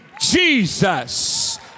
jesus